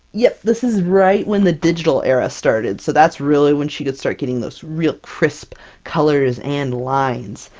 yep! this is right when the digital era started, so that's really when she could start getting those real crisp colors and lines.